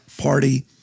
Party